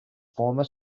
former